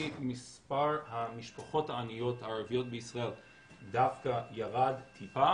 מספר המשפחות העניות הערביות בישראל דווקא ירד טיפה,